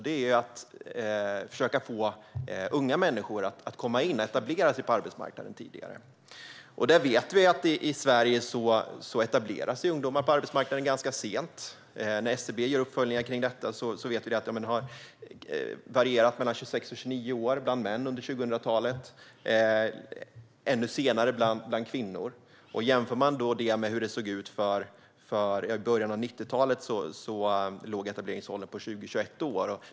Det är att försöka få unga människor att etablera sig tidigare på arbetsmarknaden. Vi vet att ungdomar etablerar sig ganska sent på arbetsmarknaden i Sverige. När SCB har följt upp detta under 2000-talet har det varierat mellan 26 och 29 år för män, och det är ännu senare för kvinnor. I början av 90-talet låg etableringsåldern på 20-21 år.